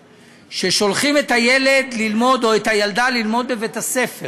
ששולחים את הילד או את הילדה ללמוד בבית-הספר